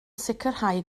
sicrhau